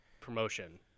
promotion